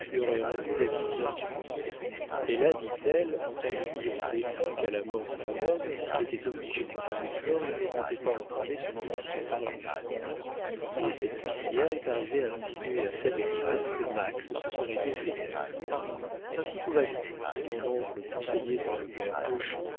rendu la vie bien dure elle a dit-elle entendu dire au défunt qu'à la mort du bonhomme s'il était obligé d'épouser flore il ne comptait pas entraver son ambition par une fille et cette cuisinière est arrivée à insinuer à sa maîtresse que max se serait défait d'elle ainsi tout va bien mon oncle conseillé par le père